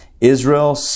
Israel